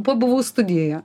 pabuvau studijoje